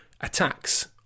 attacks